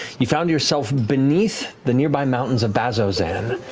you found yourself beneath the nearby mountains of bazzoxan,